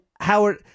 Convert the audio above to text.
Howard